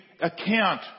account